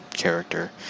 character